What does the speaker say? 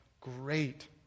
great